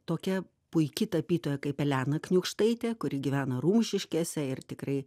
tokia puiki tapytoja kaip elena kniūkštaitė kuri gyvena rumšiškėse ir tikrai